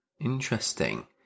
Interesting